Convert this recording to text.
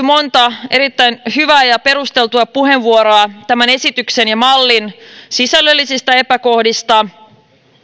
monta erittäin hyvää ja perusteltua puheenvuoroa tämän esityksen ja mallin sisällöllisistä epäkohdista